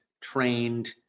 trained